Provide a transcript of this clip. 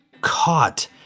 caught